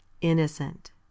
Innocent